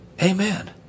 Amen